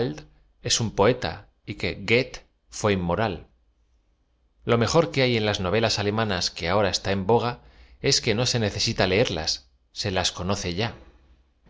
un poeta y que qoethe fué inmoral l o m ejor que hay en laa novelas alemanas que ahora están en boga es que no se necesita leerlas se las conoce y